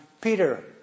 Peter